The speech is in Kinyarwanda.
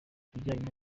bijyanye